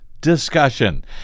discussion